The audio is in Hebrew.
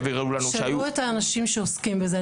שיביאו את האנשים שעוסקים בזה.